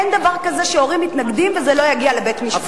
אין דבר כזה שהורים מתנגדים וזה לא יגיע לבית-משפט.